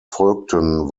folgten